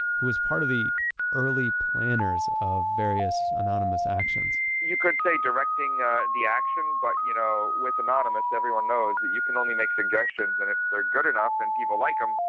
who was part of the early planners of various anonymous actions you could say directing ah the action, but you know, with anonymous, everyone knows that you can only make suggestions and if they're good enough and people like em,